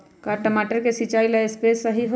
का टमाटर के सिचाई ला सप्रे सही होई?